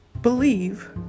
believe